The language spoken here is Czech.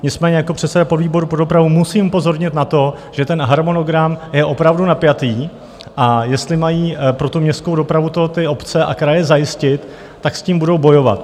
Nicméně jako předseda podvýboru pro dopravu musím upozornit na to, že ten harmonogram je opravdu napjatý, a jestli mají pro městskou dopravu to obce a kraje zajistit, tak s tím budou bojovat.